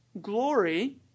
glory